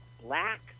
black